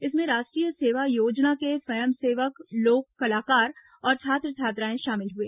इसमें राष्ट्रीय सेवा योजना के स्वयंसेवक लोक कलाकार और छात्र छात्राएं शामिल हुए